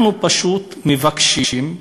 אנחנו פשוט מבקשים,